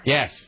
Yes